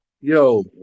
yo